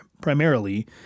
primarily